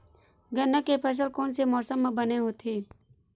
गन्ना के फसल कोन से मौसम म बने होथे?